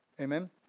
Amen